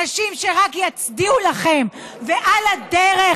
אנשים שרק יצדיעו לכם, ועל הדרך